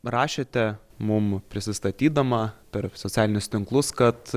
rašėte mum prisistatydama per socialinius tinklus kad